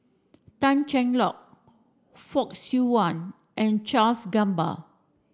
Tan Cheng Lock Fock Siew Wah and Charles Gamba